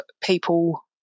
people